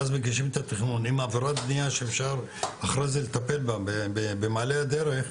ואז מגישים את התכנון עם עבירת בנייה שאפשר אחרי זה לטפל בה במעלה הדרך,